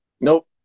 Nope